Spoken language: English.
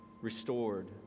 restored